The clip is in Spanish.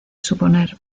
suponer